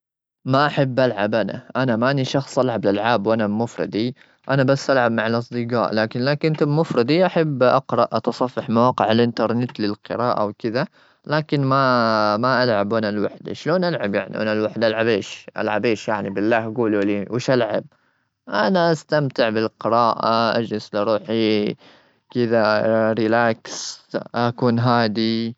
ما أحب ألعب، أنا ماني شخص ألعب ألعاب وأنا بمفردي. أنا بس ألعب مع الأصدجاء، لكن لا كنت بمفردي أحب أقرأ، أتصفح مواقع الإنترنت للقراءة وكذا. لكن ما-ما ألعب وأنا لوحدي، شلون ألعب يعني؟ وأنا لوحدي ألعب إيش؟ ألعب إيش يعني بالله، جولوا لي وش ألعب؟ أنا استمتع بالقراءة، أجلس لروحي كذا، relax، أكون هادي.